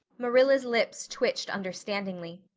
marilla's lips twitched understandingly.